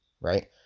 right